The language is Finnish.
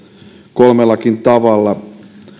kolmellakin tavalla